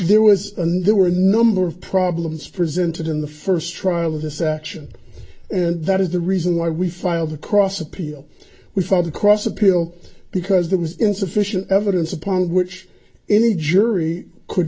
there was a new there were a number of problems presented in the first trial of this action and that is the reason why we filed the cross appeal we found across a pill because there was insufficient evidence upon which any jury could